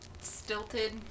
stilted